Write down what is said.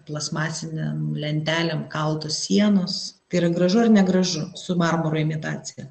plasmasinėm lentelėm kaltos sienos tai yra gražu negražu su marmuro imitacija